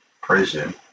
Prison